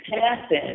happen